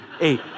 Eight